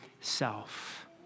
self